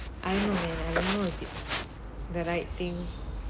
I don't know man I don't know if it's the right thing